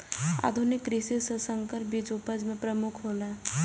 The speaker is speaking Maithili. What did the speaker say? आधुनिक कृषि में संकर बीज उपज में प्रमुख हौला